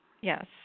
Yes